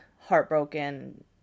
heartbroken